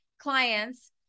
clients